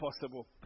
possible